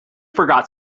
forgot